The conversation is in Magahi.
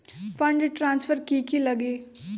फंड ट्रांसफर कि की लगी?